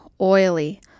oily